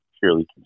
purely